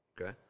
Okay